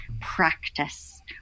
practice